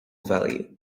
value